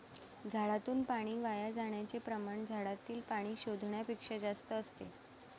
झाडातून पाणी वाया जाण्याचे प्रमाण झाडातील पाणी शोषण्यापेक्षा जास्त असते